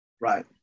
Right